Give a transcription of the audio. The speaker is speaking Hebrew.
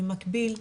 במקביל,